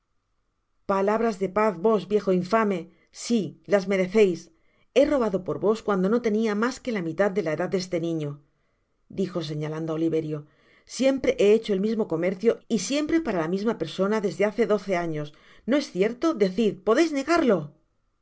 palabras de paz vos viejo infame si las mereceis he robado por vos cuando no tenia mas que la mitad de la edad de ese niño dijo señalando á oliverio siempre he hecho el mismo comercio y siempre para la misma persona desde hace doce años no es cier to dec id podeis negarlo y